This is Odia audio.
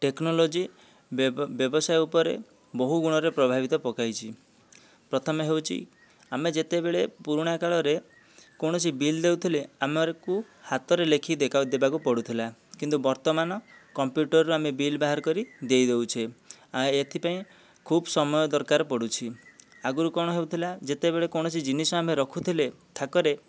ଟେକ୍ନୋଲୋଜି ବ୍ୟବସାୟ ଉପରେ ବହୁ ଗୁଣରେ ପ୍ରଭାବିତ ପକାଇଛି ପ୍ରଥମେ ହେଉଛି ଆମେ ଯେତେବେଳେ ପୁରୁଣା କାଳରେ କୌଣସି ବିଲ୍ ଦେଉଥିଲେ ଆମକୁ ହାତରେ ଲେଖି ଦେଖାଇ ଦେବାକୁ ପଡ଼ୁଥିଲା କିନ୍ତୁ ବର୍ତ୍ତମାନ କମ୍ପ୍ୟୁଟର୍ରୁ ଆମେ ବିଲ୍ ବାହାର କରି ଦେଇ ଦେଉଛେ ଆଉ ଏଥିପାଇଁ ଖୁବ୍ ସମୟ ଦରକାର ପଡ଼ୁଛି ଆଗରୁ କ'ଣ ହେଉଥିଲା ଯେତେବେଳେ କୌଣସି ଜିନିଷ ଆମେ ରଖୁଥିଲେ ଥାକରେ